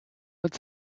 mit